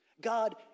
God